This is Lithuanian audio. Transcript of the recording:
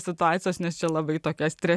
situacijos nes čia labai tokia stre